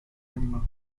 emma